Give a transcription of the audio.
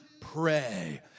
pray